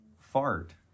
fart